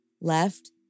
left